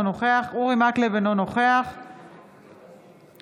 אינו נוכח אורי מקלב,